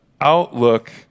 outlook